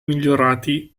migliorati